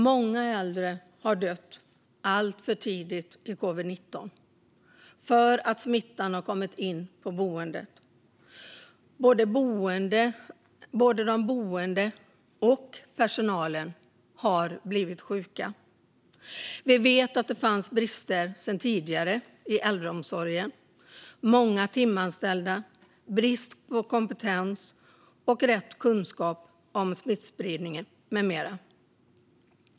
Många äldre har dött alltför tidigt i covid-19 för att smittan har kommit in på boendena. Både de boende och personalen har blivit sjuka. Vi vet att det fanns brister sedan tidigare i äldreomsorgen. Många var timanställda, det var brist på kompetens och rätt kunskap om smittspridningen med mera.